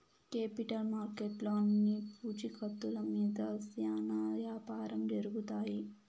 capital మార్కెట్లో అన్ని పూచీకత్తుల మీద శ్యానా యాపారం జరుగుతాయి